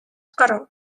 гарав